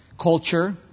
culture